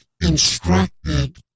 instructed